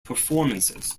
performances